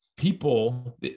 People